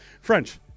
French